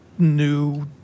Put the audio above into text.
new